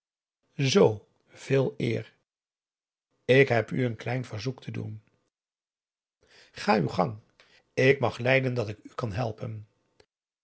zoo veel eer ik heb u een klein verzoek te doen ga uw gang ik mag lijden dat ik u kan helpen